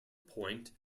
point